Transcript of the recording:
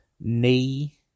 Knee